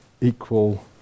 equal